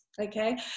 okay